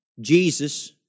Jesus